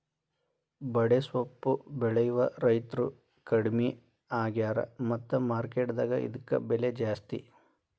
ಬಡೆಸ್ವಪ್ಪು ಬೆಳೆಯುವ ರೈತ್ರು ಕಡ್ಮಿ ಆಗ್ಯಾರ ಮತ್ತ ಮಾರ್ಕೆಟ್ ದಾಗ ಇದ್ಕ ಬೆಲೆ ಜಾಸ್ತಿ